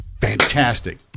Fantastic